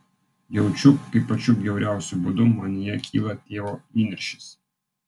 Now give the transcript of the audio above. jaučiu kaip pačiu bjauriausiu būdu manyje kyla tėvo įniršis